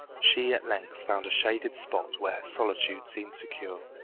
she at length found a shaded spot where her solitude seemed secure.